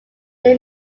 they